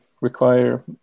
require